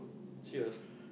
cheers